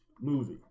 movie